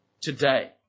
Today